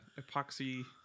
epoxy